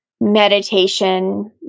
meditation